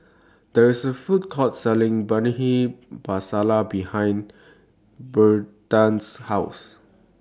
There IS A Food Court Selling Bhindi Masala behind Berta's House